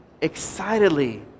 excitedly